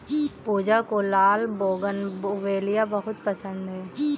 पूजा को लाल बोगनवेलिया बहुत पसंद है